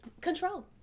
Control